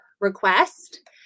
request